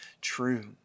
true